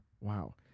wow